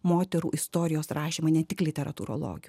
moterų istorijos rašyme ne tik literatūrologių